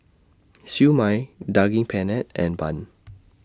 Siew Mai Daging Penyet and Bun